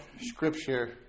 scripture